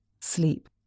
sleep